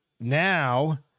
Now